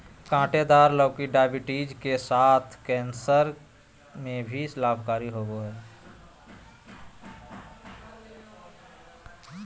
काँटेदार लौकी डायबिटीज के साथ साथ कैंसर में भी लाभकारी होबा हइ